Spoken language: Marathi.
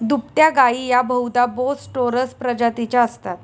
दुभत्या गायी या बहुधा बोस टोरस प्रजातीच्या असतात